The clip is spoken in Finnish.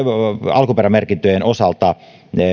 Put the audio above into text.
alkuperämerkintöjen osalta